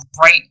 right